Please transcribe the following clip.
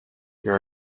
your